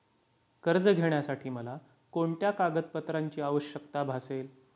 कर्ज घेण्यासाठी मला कोणत्या कागदपत्रांची आवश्यकता भासेल?